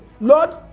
Lord